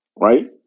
Right